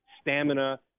stamina